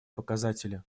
показатели